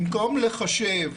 במקום לחשב